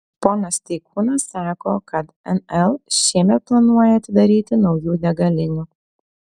ponas steikūnas sako kad nl šiemet planuoja atidaryti naujų degalinių